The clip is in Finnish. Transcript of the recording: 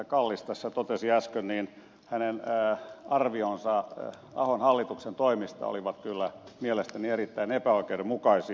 kallis totesi tässä äsken että hänen arvionsa ahon hallituksen toimista olivat kyllä mielestäni erittäin epäoikeudenmukaisia